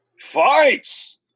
fights